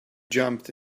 jumped